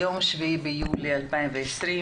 היום 7 ביולי 2020,